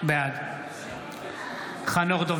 בעד חנוך דב